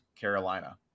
Carolina